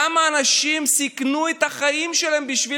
כמה אנשים סיכנו את החיים שלהם בשביל